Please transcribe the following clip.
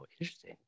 interesting